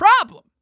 problem